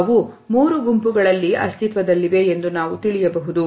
ಅವು ಮೂರು ಗುಂಪುಗಳಲ್ಲಿ ಅಸ್ತಿತ್ವದಲ್ಲಿವೆ ಎಂದು ನಾವು ತಿಳಿಯಬಹುದು